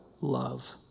love